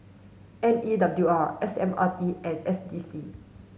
M E W R S M R T and S D C